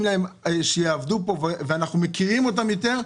להם שיעבדו פה ואנחנו מכירים אותם יותר.